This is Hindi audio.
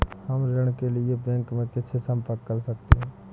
हम ऋण के लिए बैंक में किससे संपर्क कर सकते हैं?